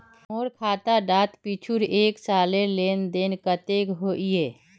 मोर खाता डात पिछुर एक सालेर लेन देन कतेक होइए?